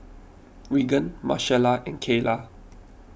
Reagan Marcella and Kaela